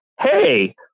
Hey